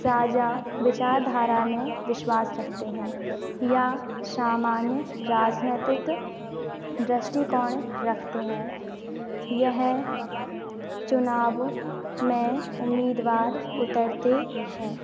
साजा विचारधारा में विश्वास रखते हैं या सामान्य राजनैतिक दृष्टिकोण रखते हैं यह चुनाव मैं उम्मीदवार उतरते हैं